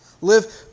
Live